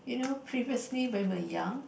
you know previously when we were young